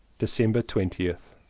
december twentieth.